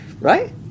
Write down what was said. right